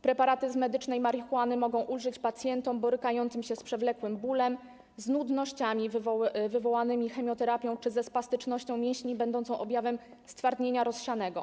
Preparaty z medycznej marihuany mogą ulżyć pacjentom borykającym się z przewlekłym bólem, z nudnościami wywołanymi chemioterapią czy ze spastycznością mięśni będącą objawem stwardnienia rozsianego.